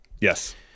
Yes